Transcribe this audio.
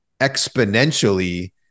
exponentially